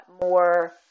more